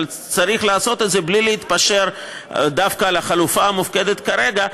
אבל צריך לעשות את זה בלי להתפשר דווקא על החלופה המופקדת כרגע,